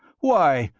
why!